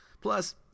Plus